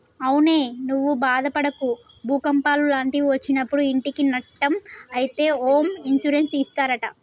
అవునే నువ్వు బాదపడకు భూకంపాలు లాంటివి ఒచ్చినప్పుడు ఇంటికి నట్టం అయితే హోమ్ ఇన్సూరెన్స్ ఇస్తారట